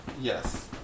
Yes